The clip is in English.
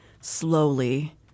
Slowly